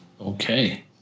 Okay